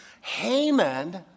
Haman